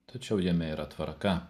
tačiau jame yra tvarka